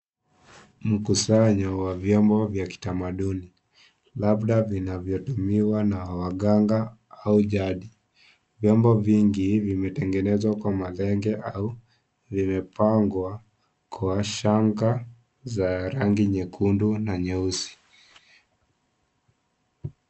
Mkusanyo wa vyombo vya kitamaduni, labda vinavyotumiwa na waganga au jadi. Vyombo vingi vimetengenezwa kwa malenge au vimepambwa kwa shanga za rangi nyekundu na nyeusi.